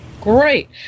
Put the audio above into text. Great